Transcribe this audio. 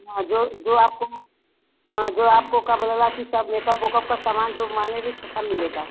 हाँ जो जो आपको हाँ जो आपको का बोलाला की सब मेकअप ओकप का सामान जो मांगेगी तो सब मिलेगा